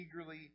eagerly